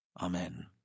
Amen